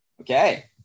Okay